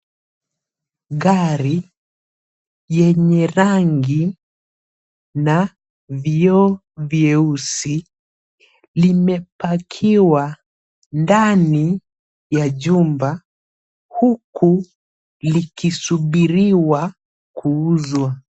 Gari yenye rangi na vioo vieusi limepakiwa ndani ya jumba huku likisubiriwa kuuzwa.